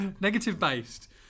negative-based